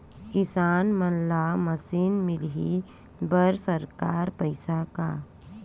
किसान मन ला मशीन मिलही बर सरकार पईसा का?